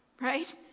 right